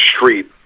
street